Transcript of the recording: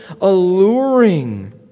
alluring